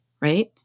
right